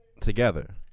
Together